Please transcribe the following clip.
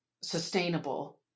sustainable